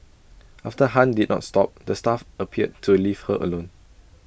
after han did not stop the staff appeared to leave her alone